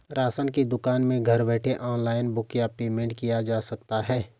Ration की दुकान में घर बैठे ऑनलाइन बुक व पेमेंट किया जा सकता है?